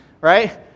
Right